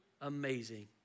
amazing